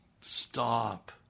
Stop